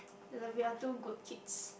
it's like we are too good kids